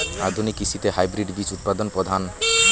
আধুনিক কৃষিতে হাইব্রিড বীজ উৎপাদন প্রধান